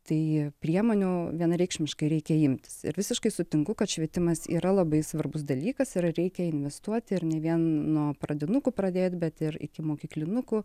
tai priemonių vienareikšmiškai reikia imtis ir visiškai sutinku kad švietimas yra labai svarbus dalykas yra reikia investuoti ir ne vien nuo pradinukų pradėt bet ir ikimokyklinukų